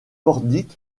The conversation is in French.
pordic